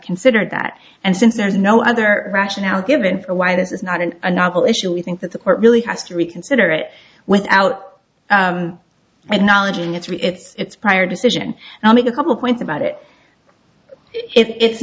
considered that and since there's no other rationale given for why this is not an a novel issue we think that the court really has to reconsider it without my knowledge and it's prior decision and i'll make a couple points about it i